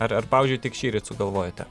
ar ar pavyzdžiui tik šįryt sugalvojote